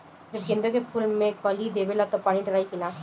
जब गेंदे के फुल कली देवेला तब पानी डालाई कि न?